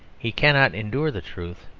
he cannot endure the truth,